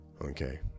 okay